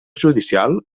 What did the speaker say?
judicial